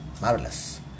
marvelous